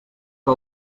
que